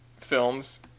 Films